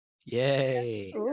yay